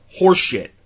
horseshit